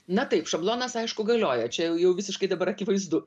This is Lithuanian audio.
na taip šablonas aišku galioja čia jau visiškai dabar akivaizdu